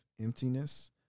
emptiness